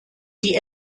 die